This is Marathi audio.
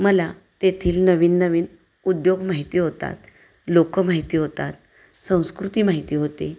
मला तेथील नवीन नवीन उद्योग माहिती होतात लोक माहिती होतात संस्कृती माहिती होते